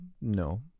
no